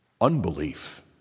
unbelief